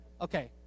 Okay